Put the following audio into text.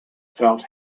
felt